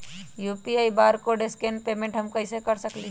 UPI barcode scan payment हम कईसे कर सकली ह?